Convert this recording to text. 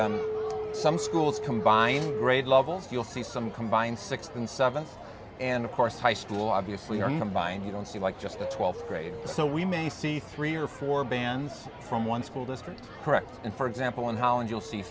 some schools combine grade levels you'll see some combine sixth and seventh and of course high school obviously aren't them by and you don't see like just the twelfth grade so we may see three or four bands from one school district correct and for example in holland you'll see